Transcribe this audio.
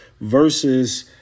versus